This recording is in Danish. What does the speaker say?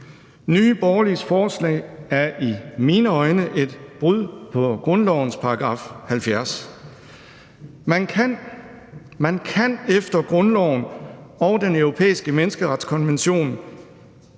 Nye Borgerliges forslag er i mine øjne et brud på grundlovens § 70. Man kan efter grundloven og Den Europæiske Menneskerettighedskonvention